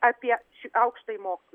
apie š aukštąjį mokslą